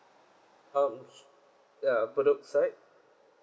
um ya bedok side